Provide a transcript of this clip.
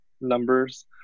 numbers